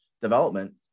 development